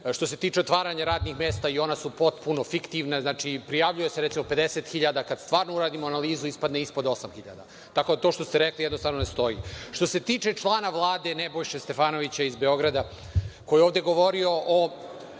Što se tiče otvaranja radnih mesta, i ona su potpuno fiktivna, znači, prijavljuje se recimo 50.000, a kada stvarno uradimo analizu ispadne ispod 8.000. Tako da to što ste rekli jednostavno ne stoji. Što se tiče člana Vlade, Nebojše Stefanovića iz Beograda koji je ovde govorio o